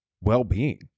well-being